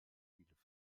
bielefeld